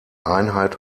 einheit